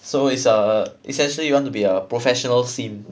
so it's err essentially you want to be a professional simp